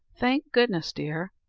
thank goodness, dear!